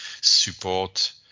support